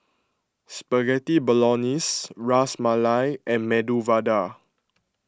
Spaghetti Bolognese Ras Malai and Medu Vada